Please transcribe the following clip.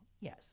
yes